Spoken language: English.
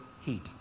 heat